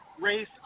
race